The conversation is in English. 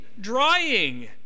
drying